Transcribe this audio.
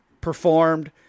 performed